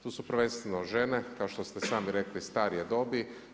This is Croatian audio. Tu su prvenstveno žene kao što ste sami rekli starije dobi.